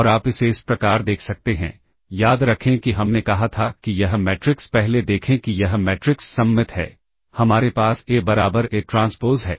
और आप इसे इस प्रकार देख सकते हैं याद रखें कि हमने कहा था कि यह मैट्रिक्स पहले देखें कि यह मैट्रिक्स सममित है हमारे पास ए बराबर ए ट्रांसपोज़ है